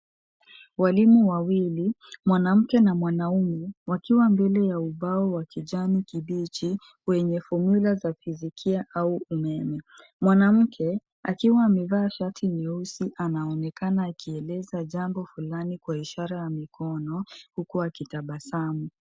Walimu wawili mwanamke na mwanaume, wakiwa mbele ya ubao wa kijani kibichi, wenye fomula za fizikia au umeme. Mwanamke, akiwa amevaa shati nyeusi, anaonekana akieleza jambo fulani kwa ishara ya mikono, huku akitabasamu.